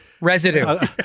Residue